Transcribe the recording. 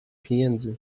pieniędzy